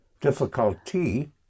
difficulty